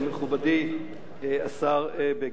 מכובדי השר בגין,